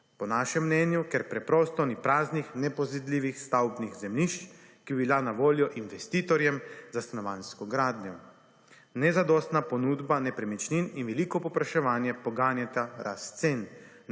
(nadaljevanje) preprosto ni praznih »nepozidljivih«(?) stavbnih zemljišč, ki bi bila na voljo investitorjem za stanovanjsko gradnjo. Nezadostna ponudba nepremičnin in veliko povpraševanje poganjata rast cen.